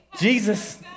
Jesus